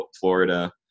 Florida